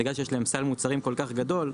בגלל שיש להם סל מוצרים כל כך גדול,